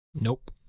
Nope